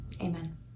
amen